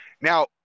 Now